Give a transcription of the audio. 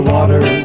water